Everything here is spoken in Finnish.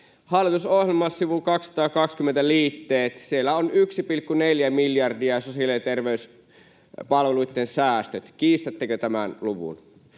hallitusohjelman sivulla 220, liitteet, on 1,4 miljardia sosiaali- ja terveyspalveluitten säästöt. Kiistättekö tämän luvun?